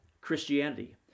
Christianity